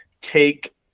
take